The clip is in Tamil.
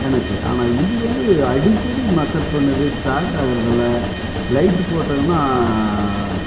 எனக்கு ஆனால் இது வந்து அடிக்கடி மக்கர் பண்ணுது ஸ்டார்ட் ஆகறது இல்லை லைட் போட்டங்கன்னா